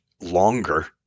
longer